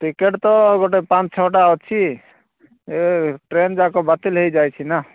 ticket ତ ଗୋଟିଏ ପାଞ୍ଚ ଛଅଟା ଅଛି ଏ ଟ୍ରେନ୍ ଯାକ ବାତିଲ ହୋଇଯାଇଛି ନା